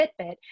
Fitbit